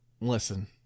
Listen